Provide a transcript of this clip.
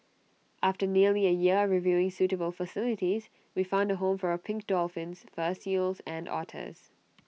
after nearly A year reviewing suitable facilities we found A home for our pink dolphins fur seals and otters